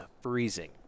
freezing